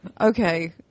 Okay